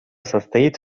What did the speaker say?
состоит